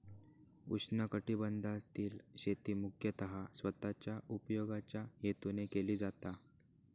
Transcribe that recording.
उष्णकटिबंधातील शेती मुख्यतः स्वतःच्या उपयोगाच्या हेतून केली जाता